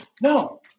No